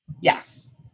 yes